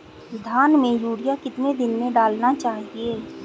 धान में यूरिया कितने दिन में डालना चाहिए?